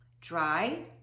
dry